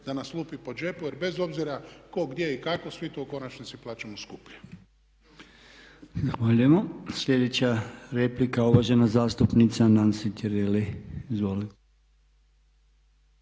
da nas lupi po džepu jer bez obzira tko, gdje i kako svi to u konačnici plaćamo skuplje.